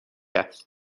است